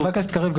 חבר הכנסת קריב,